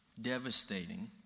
devastating